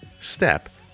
step